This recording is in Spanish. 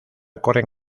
corren